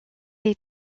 est